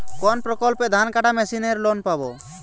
কোন প্রকল্পে ধানকাটা মেশিনের লোন পাব?